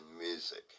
music